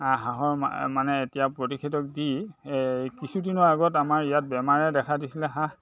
হাঁহৰ মানে এতিয়া প্ৰতিষেধক দি এই কিছুদিনৰ আগত আমাৰ ইয়াত বেমাৰে দেখা দিছিলে হাঁহ